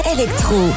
Electro